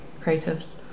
creatives